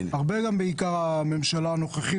הרבה גם בעיקר הממשלה הנוכחית,